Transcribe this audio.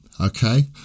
okay